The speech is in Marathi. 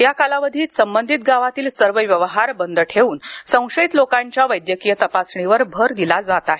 या कालावधीत संबंधित गावातील सर्व व्यवहार बंद ठेवून संशयित लोकांच्या वैद्यकीय तपासणीवर भर दिला जात आहेत